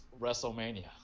WrestleMania